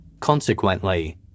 Consequently